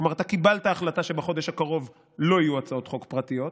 כלומר אתה קיבלת החלטה שבחודש הקרוב לא יהיו הצעות חוק פרטיות,